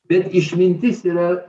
bet išmintis yra